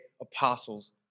apostles